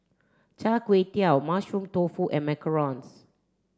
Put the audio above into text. Char Kway Teow mushroom tofu and macarons